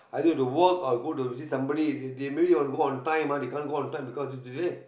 either to work or go to visit somebody they they maybe want to go on time ah they can't go on time because is delay